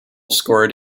scored